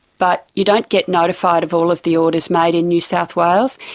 but you don't get notified of all of the orders made in new south wales.